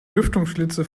lüftungsschlitze